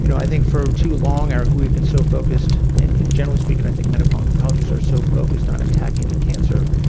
you know i think for too long we've been so focused, and generally speaking i think medical oncologists are so focused on attacking the cancer,